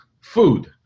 food